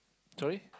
sorry